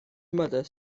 mother